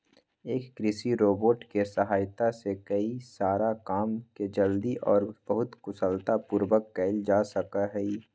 एक कृषि रोबोट के सहायता से कई सारा काम के जल्दी और बहुत कुशलता पूर्वक कइल जा सका हई